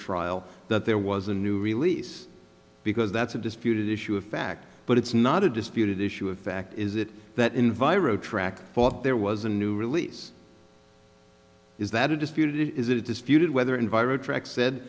trial that there was a new release because that's a disputed issue of fact but it's not a disputed issue of fact is it that enviro track thought there was a new release is that a dispute is a disputed whether enviro track said